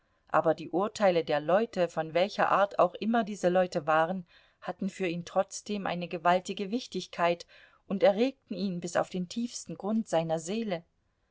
aber die urteile der leute von welcher art auch immer diese leute waren hatten für ihn trotzdem eine gewaltige wichtigkeit und erregten ihn bis auf den tiefsten grund seiner seele